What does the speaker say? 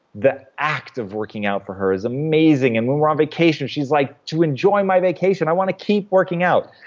the act of working out for her is amazing, and when we're on vacation, she's like, to enjoy my vacation, i want to keep working out.